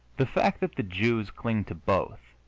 the fact that the jews cling to both,